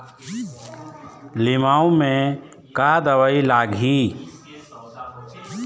लिमाऊ मे का दवई लागिही?